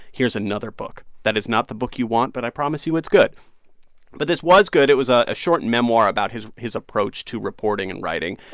here's another book that is not the book you want, but i promise you it's good but this was good. it was a ah short memoir about his his approach to reporting and writing.